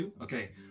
Okay